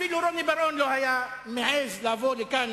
אפילו רוני בר-און לא היה מעז לבוא לכאן,